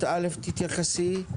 תתייחסי.